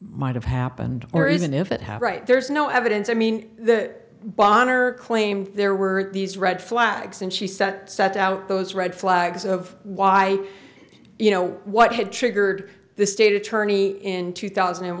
might have happened or isn't if it had right there's no evidence i mean the bomber claimed there were these red flags and she said set out those red flags of why you know what had triggered the state attorney in two thousand and